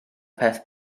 peth